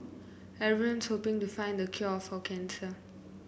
everyone's to been to find the cure of for cancer